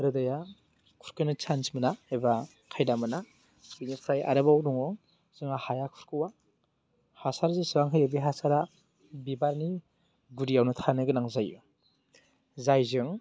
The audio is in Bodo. रोदाया खुरखानो चान्स मोना एबा खायदा मोना बेनिफ्राय आरोबाव दङ जोंहा हाया खुरख'वा हासार जेसेबां होयो बे हासारा बिबारनि गुदियावनो थानो गोनां जायो जायजों